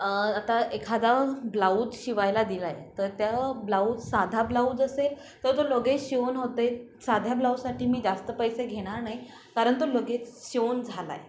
आता एखादा ब्लाऊज शिवायला दिला आहे तर त्या ब्लाऊज साधा ब्लाऊज असेल तर जो लगेच शिवून होतो आहे साध्या ब्लाऊजसाठी मी जास्त पैसे घेणार नाही कारण तो लगेच शिवून झाला आहे